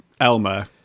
Elmer